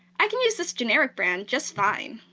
i can use this generic brand just fine.